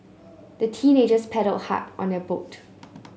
the teenagers paddled hard on their boat